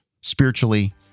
spiritually